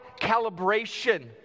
calibration